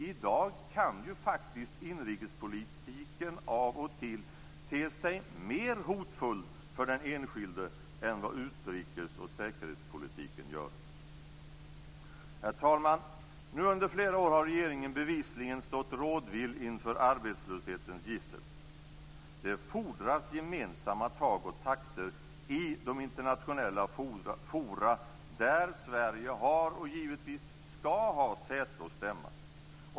I dag kan ju faktiskt inrikespolitiken av och till te sig mer hotfull för den enskilde än vad utrikes och säkerhetspolitiken gör. Herr talman! Nu har regeringen bevisligen under flera år stått rådvill inför arbetslöshetens gissel. Det fordras gemensamma tag och takter i de internationella fora där Sverige har, och givetvis skall ha, säte och stämma.